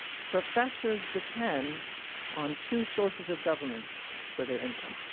professors depend on two sources of government for their income.